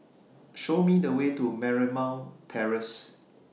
Show Me The Way to Marymount Terrace